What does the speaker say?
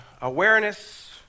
Awareness